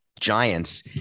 giants